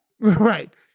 Right